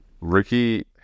Ricky